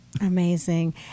Amazing